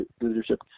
leadership